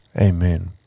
Amen